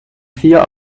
vier